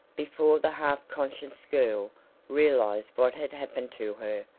before the half-conscious girl realized what had happened to her,